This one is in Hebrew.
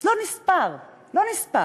לא נספר, לא נספר,